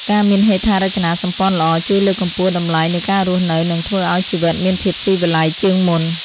ការមានហេដ្ឋារចនាសម្ព័ន្ធល្អ ជួយលើកកម្ពស់តម្លៃនៃការរស់នៅ និងធ្វើឱ្យជីវិតមានភាពស៊ីវិល័យជាងមុន។